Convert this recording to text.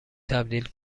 تبدیل